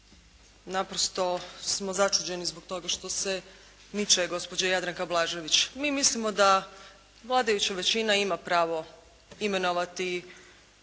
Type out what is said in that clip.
naprosto smo začuđeni zbog toga što se miče gospođa Jadranka Blažević. Mi mislimo da vladajuća većina ima pravo imenovati